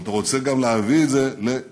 ואתה רוצה גם להביא את זה לשלום,